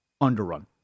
underrun